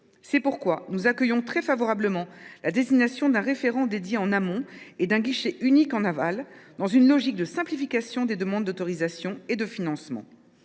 C’est pourquoi nous accueillons très favorablement la désignation d’un référent dédié à cette problématique en amont et d’un guichet unique en aval, dans une logique de simplification des demandes d’autorisation et de financement.